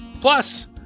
Plus